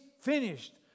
finished